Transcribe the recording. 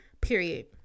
Period